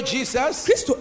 Jesus